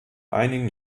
einigen